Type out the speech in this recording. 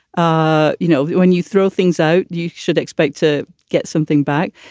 ah you know, when you throw things out, you should expect to get something back.